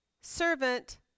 servant